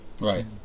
Right